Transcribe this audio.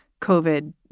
COVID